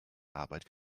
arbeit